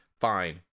Fine